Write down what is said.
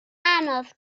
anodd